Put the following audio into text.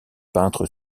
peintre